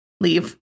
Leave